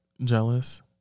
jealous